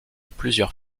plusieurs